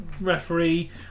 referee